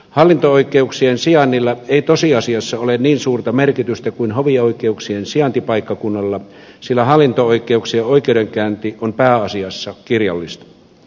hallinto oikeuksien sijainnilla ei tosiasiassa ole niin suurta merkitystä kuin hovioikeuksien sijaintipaikkakunnalla sillä hallinto oikeuksien oikeudenkäynti on pääasiassa kirjallista